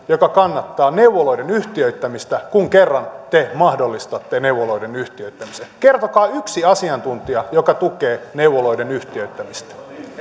joka kannattaa neuvoloiden yhtiöittämistä kun kerran te mahdollistatte neuvoloiden yhtiöittämisen kertokaa yksi asiantuntija joka tukee neuvoloiden yhtiöittämistä